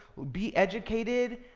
be educated,